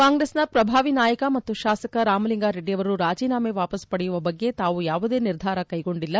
ಕಾಂಗ್ರೆಸ್ನ ಪ್ರಭಾವಿ ನಾಯಕ ಮತ್ತು ಶಾಸಕ ರಾಮಲಿಂಗಾರೆಡ್ಡಿ ಅವರು ರಾಜೀನಾಮೆ ವಾಪಸ್ ಪಡೆಯುವ ಬಗ್ಗೆ ತಾವು ಯಾವುದೇ ನಿರ್ಧಾರ ಕ್ಲೆಗೊಂಡಿಲ್ಲ